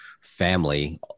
family